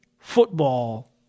football